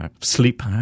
sleep